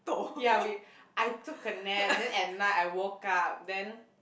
ya we I took a nap then at night I woke up then